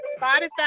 Spotify